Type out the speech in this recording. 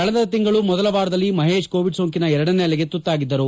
ಕಳೆದ ತಿಂಗಳು ಮೊದಲ ವಾರದಲ್ಲಿ ಮಹೇಶ್ ಕೋವಿಡ್ ಸೊಂಕಿನ ಎರಡನೇ ಅಲೆಗೆ ತುತ್ತಾಗಿದ್ದರು